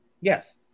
Yes